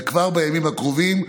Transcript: וכבר בימים הקרובים,